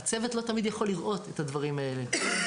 והצוות לא תמיד יכול לראות את הדברים האלה,